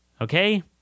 Okay